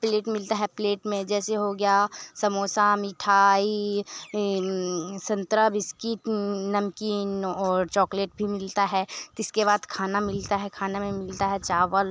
plate मिलती है plate में जैसे हो गया समोसा मीठाई संतरा बिस्किट नमकीन और चोकलेट भी मिलता है तो इसके बाद खाना मिलता है खाने में मिलता है चावल